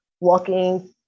walking